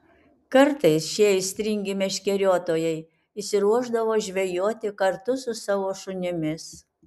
kartais šie aistringi meškeriotojai išsiruošdavo žvejoti kartu su savo šunimis